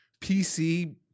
PC